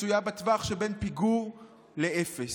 מצויה בטווח שבין פיגור לאפס.